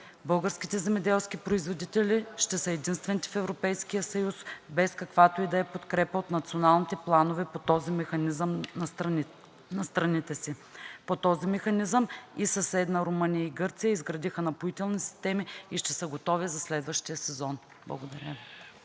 българските земеделски производители ще са единствените в Европейския съюз без каквато и да е подкрепа от националните планове по този механизъм на страните си. По този механизъм и съседна Румъния, и Гърция изградиха напоителни системи и ще са готови за следващия сезон. Благодаря Ви.